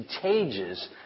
contagious